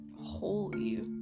Holy